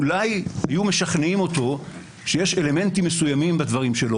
אולי הם היו משכנעים אותו שיש אלמנטים מסוימים בדברים שלו,